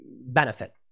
benefit